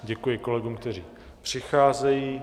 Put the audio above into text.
Děkuji kolegům, kteří přicházejí.